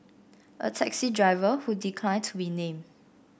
a taxi driver who declined to be named